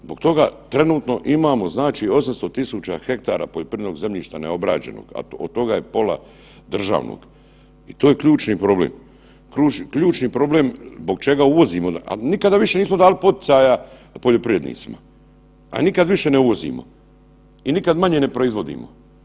Zbog toga trenutno imamo znači 800 000 hektara poljoprivrednog zemljišta neobrađenog, a od toga je pola državnog, to je ključni problem, ključni problem zbog čega uvozimo, a nikada više nismo dali poticaja poljoprivrednicima, a nikad više ne uvozimo i nikad manje ne proizvodimo.